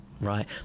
Right